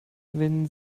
wenn